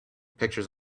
pictures